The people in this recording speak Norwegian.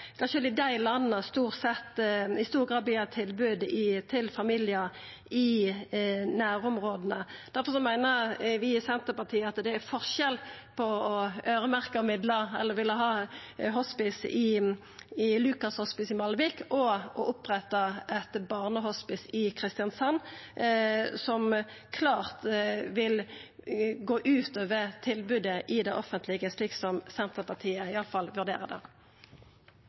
dei landa som i stor grad gir tilbod til familiar i nærområda. Difor meiner vi i Senterpartiet at det er forskjell på å øyremerkja midlar eller å villa ha Lukas Hospice i Malvik og å oppretta eit barnehospice i Kristiansand, som klart vil gå ut over tilbodet i det offentlege, slik som iallfall Senterpartiet